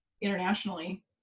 internationally